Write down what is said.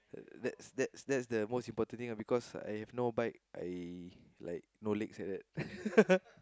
that that's that's that's the most important thing lah because I have no bike I like no legs like that